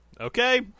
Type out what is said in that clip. okay